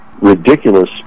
ridiculous